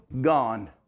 Gone